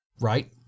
right